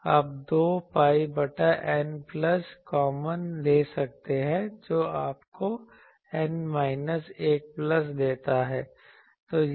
आप 2 pi बटा N plus common ले सकते हैं जो आपको N माइनस 1 प्लस 2 देता है